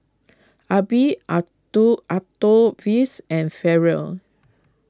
Arbie Octavius and Ferrell